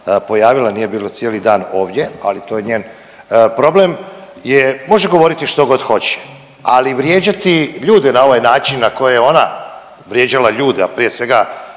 pojavila, nije je bilo cijeli dan ovdje, ali to je njen problem je može govoriti što god hoće, ali vrijeđati ljude na ovaj način na koji je ona vrijeđala ljude, a prije svega